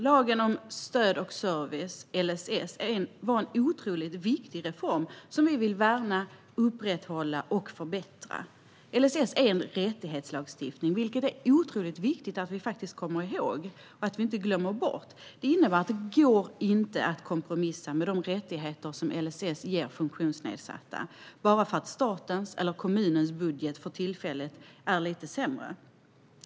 Lagen om stöd och service, LSS, var en otroligt viktig reform som vi vill värna, upprätthålla och förbättra. LSS är en rättighetslagstiftning, vilket det är otroligt viktigt att vi kommer ihåg och inte glömmer bort. Det innebär att det inte går att kompromissa med de rättigheter som LSS ger funktionsnedsatta bara för att statens eller kommunens budget för tillfället är lite sämre.